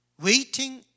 Waiting